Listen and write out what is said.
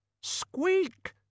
Squeak